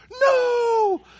No